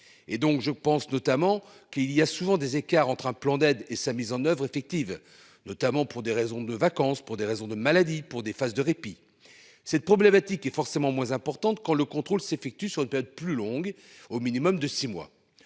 et donc, je pense notamment qu'il y a souvent des écarts entre un plan d'aide et sa mise en oeuvre effective, notamment pour des raisons de vacances pour des raisons de maladie pour des phases de répit. Cette problématique est forcément moins importante qu'on le contrôle s'effectue sur une période plus longue au minimum de six mois.